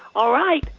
all right.